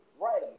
right